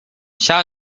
shall